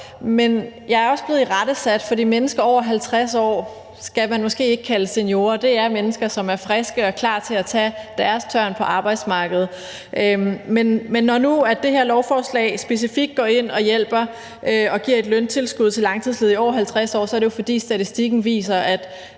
men jeg er også blevet irettesat, for mennesker over 50 år skal man måske ikke kalde seniorer. Det er mennesker, som er friske og klar til at tage deres tørn på arbejdsmarkedet. Men når nu det her lovforslag specifikt går ind og hjælper og giver et løntilskud til langtidsledige over 50 år, er det jo, fordi statistikken viser, at